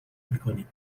میکنیم